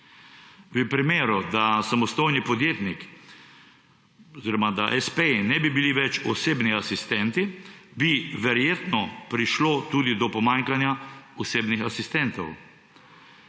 V primeru, da espeji ne bi bili več osebni asistenti, bi verjetno prišlo tudi do pomanjkanja osebnih asistentov.